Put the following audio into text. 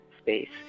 space